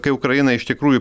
kai ukraina iš tikrųjų